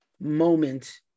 moment